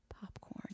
popcorn